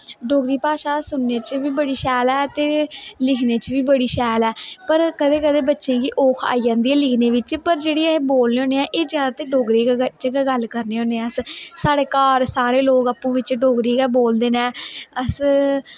डोगरी भाशा सुनने च बी बड़ी शैल ऐ ते लिखने च बी बड़ी शैल ऐ पर कदैं कदैं बच्चें गी औख आई जंदी ऐ लिखनें बिच पर जेह्ड़ी अस बोलने होन्ने आं एह् जादातर डोगरी च गै गल्ल करने होन्ने आं अस साढ़े घर सारे लोग अप्पने बिच्च डोगरी गै बोलदे नै अस